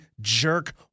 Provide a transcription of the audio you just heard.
jerk